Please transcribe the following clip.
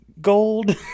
gold